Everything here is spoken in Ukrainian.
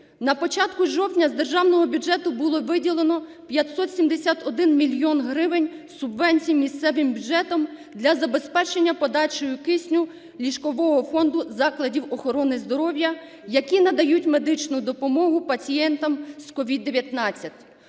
На початку жовтня з державного бюджету було виділено 571 мільйон гривень субвенцій місцевим бюджетам для забезпечення подачі кисню ліжкового фонду закладів охорони здоров'я, які надають медичну допомогу пацієнтам з COVID-19.